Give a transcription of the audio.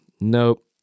Nope